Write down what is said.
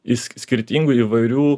iš skirtingų įvairių